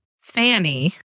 fanny